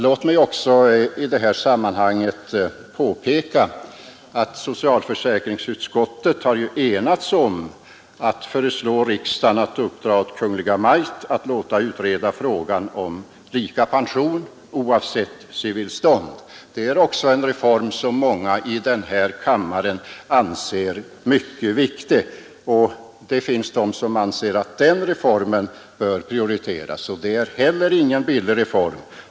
Låt mig också i detta sammanhang påpeka att socialförsäkringsutskottet har enats om att föreslå riksdagen att uppdra åt Kungl. Maj:t att låta utreda frågan om lika pension, oavsett civilstånd. Det är också en reform som många i denna kammare anser mycket viktig, och det finns de som menar att den reformen bör prioriteras. Det är inte heller någon billig reform.